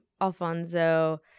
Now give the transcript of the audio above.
Alfonso